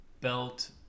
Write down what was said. belt